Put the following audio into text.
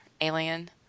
Alien